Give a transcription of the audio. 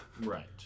Right